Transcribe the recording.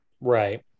Right